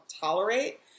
tolerate